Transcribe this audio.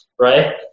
right